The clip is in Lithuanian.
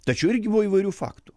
tačiau irgi buvo įvairių faktų